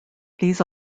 these